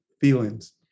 feelings